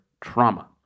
trauma